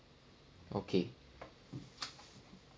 okay